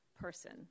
person